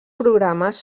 programes